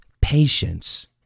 patience